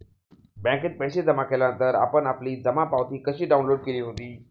बँकेत पैसे जमा केल्यानंतर आपण आपली जमा पावती कशी डाउनलोड केली होती?